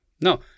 No